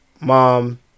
Mom